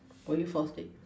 will you fall asleep